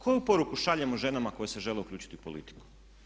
Koju poruku šaljemo ženama koje se žele uključiti u politiku.